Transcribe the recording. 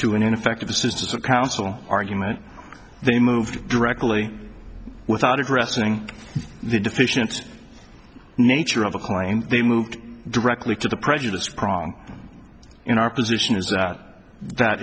to an ineffective assistance of counsel argument they moved directly without addressing the deficient nature of the claim they moved directly to the prejudiced prong in our position is that that